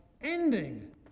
ending